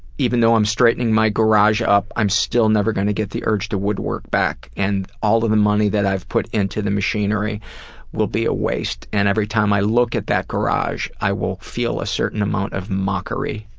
even though i'm straightening my garage up, i'm still never gonna get the urge to woodwork back, and all of the money that i've put into the machinery will be a waste, and every time i look at that garage i will feel a certain amount of mockery.